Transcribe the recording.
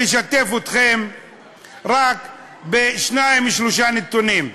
לשתף אתכם רק בשניים-שלושה נתונים.